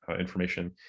information